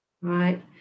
right